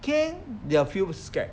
can they will feel scared